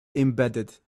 embedded